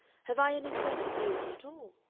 have i any sense of beauty at all?